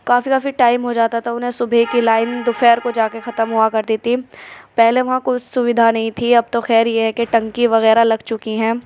کافی کافی ٹائم ہو جاتا تھا انہیں صبح کے لائن دو پہر کو جا کے ختم ہوا کرتی تھی پہلے وہاں کچھ سویدھا نہیں تھی اب تو خیر یہ ہے کہ ٹنکی وغیرہ لگ چکی ہیں